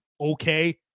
okay